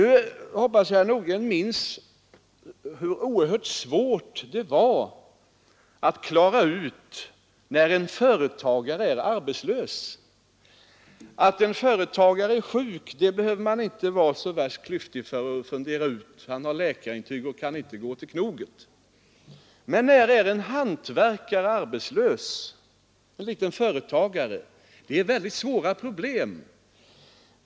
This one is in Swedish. Nu hoppas jag att herr Nordgren minns hur oerhört svårt vi fann att det var att klara ut när en företagare är arbetslös. När en företagare är sjuk är det inte så svårt att reda ut — då har han läkarintyg och kan inte gå till knoget. Men när är en hantverkare, en liten företagare, arbetslös? Det är ett svårt problem.